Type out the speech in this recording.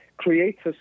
Creates